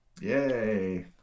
Yay